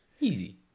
Easy